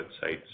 sites